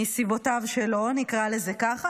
מסיבותיו שלו, נקרא לזה כך.